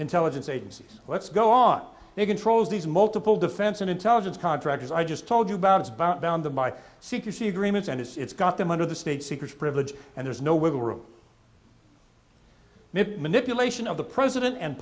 intelligence agencies let's go on the controls these multiple defense and intelligence contractors i just told you about it's about down the by secrecy agreements and it's got them under the state secrets privilege and there's no wiggle room in the manipulation of the president and